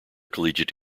collegiate